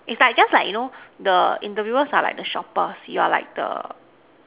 its like just like you know the interviewers are like the shoppers you are like the